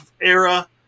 era